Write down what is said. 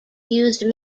used